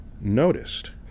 noticed